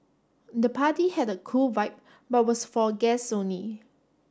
the party had a cool vibe but was for guests only